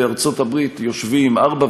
בארצות-הברית יושבים ארבע,